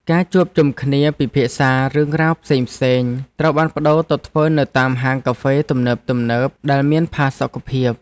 ការជួបជុំគ្នាពិភាក្សារឿងរ៉ាវផ្សេងៗត្រូវបានប្តូរទៅធ្វើនៅតាមហាងកាហ្វេទំនើបៗដែលមានផាសុកភាព។